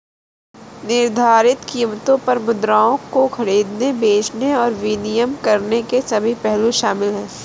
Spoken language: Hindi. निर्धारित कीमतों पर मुद्राओं को खरीदने, बेचने और विनिमय करने के सभी पहलू शामिल हैं